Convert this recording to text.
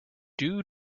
due